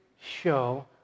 show